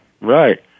Right